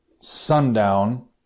sundown